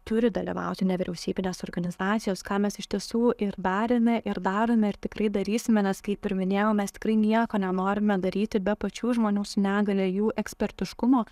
turi dalyvauti nevyriausybinės organizacijos ką mes iš tiesų ir darėme ir darome ir tikrai darysime nes kaip ir minėjau mes tikrai nieko nenorime daryti be pačių žmonių su negalia jų ekspertiškumo